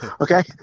Okay